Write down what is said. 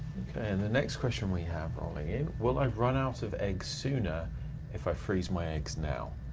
okay, and the next question we have rolling in, will i run out of eggs sooner if i freeze my eggs now?